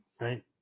right